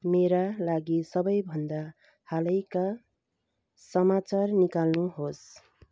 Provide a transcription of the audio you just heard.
मेरा लागि सबैभन्दा हालैका समाचार निकाल्नुहोस्